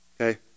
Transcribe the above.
Okay